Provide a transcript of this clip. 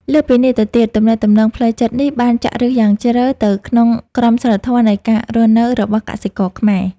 លើសពីនេះទៅទៀត ទំនាក់ទំនងផ្លូវចិត្តនេះបានចាក់ឫសយ៉ាងជ្រៅទៅក្នុងក្រមសីលធម៌នៃការរស់នៅរបស់កសិករខ្មែរ។